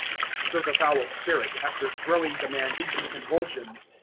so the foul spirit, after throwing the man into convulsions,